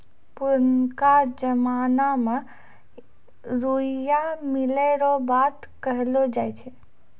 पुरनका जमाना मे रुइया मिलै रो बात कहलौ जाय छै